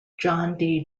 john